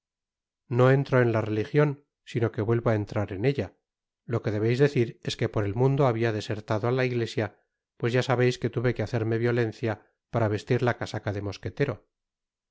no entro en la religion sino que vuelvo á entrar en ella lo que debeis decir es que por el mundo habia desertado la iglesia pues ya sabeis que tuve que haoerme violencia para vestir la casaca de mosquetero